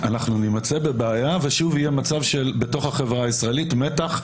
אנחנו נימצא בבעיה ושוב יהיה מצב בתוך החברה הישראלית מתח,